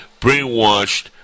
Brainwashed